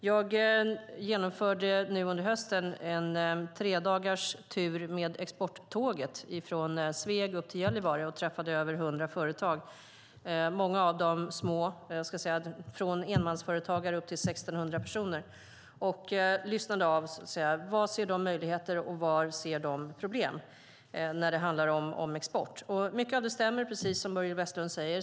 Jag genomförde under hösten en tre dagars tur med Exporttåget från Sveg upp till Gällivare och träffade över 100 företag, många av dem små, från enmansföretagare till företag med upp till 1 600 personer, och lyssnade av: Var ser de möjligheter och var ser de problem när det gäller export? Mycket av det som Börje Vestlund säger stämmer precis.